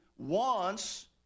wants